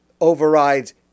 overrides